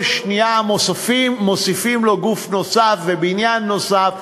כל שנייה מוסיפים לו גוף נוסף ובניין נוסף,